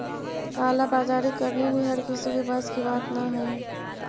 काला बाजारी करनी भी हर किसी के बस की बात न हई